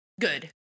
good